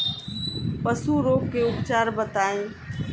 पशु रोग के उपचार बताई?